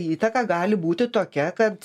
įtaka gali būti tokia kad